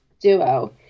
duo